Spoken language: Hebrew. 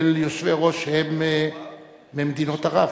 יושבי-ראש ממדינות ערב,